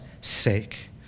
sake